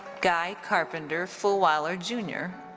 guy carpenter fulwiler jr.